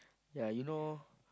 yea you know